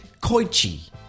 Koichi